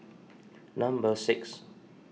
number six